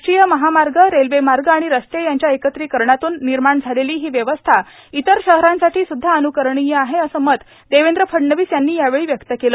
राष्ट्रीय महामार्ग रेल्वे मार्ग आणि रस्ते यांच्या एकत्रीकरणातून निर्माण झालेली ही व्यवस्था इतर शहरांसाठी सुद्धा अन्करणीय आहे असे मत देवेंद्र फडणवीस यांनी व्यक्त केले